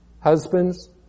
Husbands